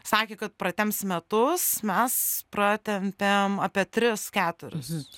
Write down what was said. sakė kad pratemps metus mes pratempėm apie tris keturis